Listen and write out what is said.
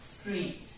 street